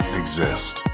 exist